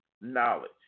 knowledge